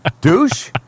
douche